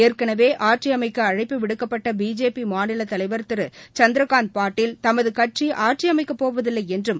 ஏற்கனவே ஆட்சி அமைக்க அழைப்பு விடுக்கப்பட்ட பிஜேபி மாநில தலைவர் திரு சந்திரகாந்த் பாட்டில் தமது கட்சி ஆட்சி அமைக்கப்போவதில்லை என்றும்